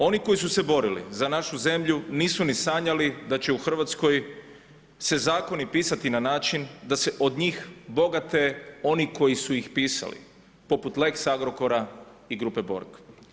Oni koji su se borili za našu zemlju nisu ni sanjali da će u Hrvatskoj se zakoni pisati na način da se od njih bogate oni koji su ih pisali poput lex Agrokora i grupe Borg.